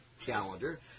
calendar